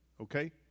Okay